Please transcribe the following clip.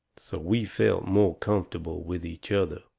so we felt more comfortable with each other.